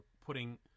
putting